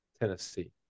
Tennessee